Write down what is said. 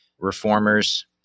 reformers